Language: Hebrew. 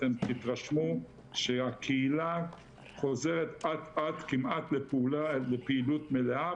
אתם תתרשמו שהקהילה חוזרת אט אט כמעט לפעילות מלאה,